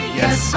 yes